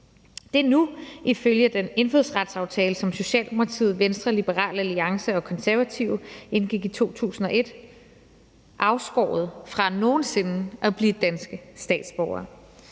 De er nu ifølge den indfødsretsaftale, som Socialdemokratiet, Venstre, Liberal Alliance og Konservative indgik i 2001, afskåret fra nogen sinde at blive danske statsborgere,